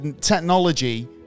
technology